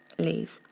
leaves.